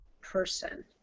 person